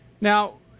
Now